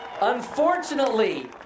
Unfortunately